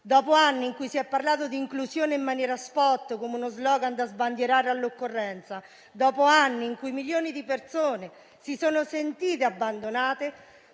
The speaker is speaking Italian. Dopo anni in cui si è parlato di inclusione in maniera *spot*, come uno *slogan* da sbandierare all'occorrenza, dopo anni in cui milioni di persone si sono sentite abbandonate,